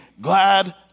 glad